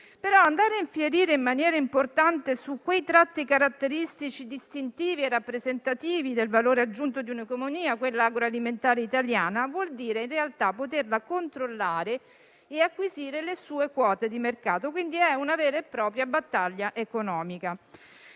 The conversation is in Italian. andare a infierire in maniera importante su quei tratti caratteristici distintivi e rappresentativi del valore aggiunto di un'economia, quella agroalimentare italiana, vuol dire in realtà poterla controllare e acquisire le sue quote di mercato, quindi è una vera e propria battaglia economica.